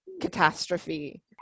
catastrophe